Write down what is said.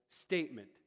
statement